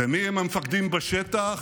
ומיהם המפקדים בשטח